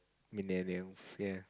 millennials ya